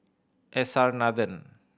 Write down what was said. S R Nathan